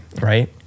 right